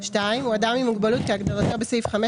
הוא אדם עם מוגבלות כהגדרתו בסעיף 5